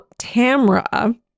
Tamra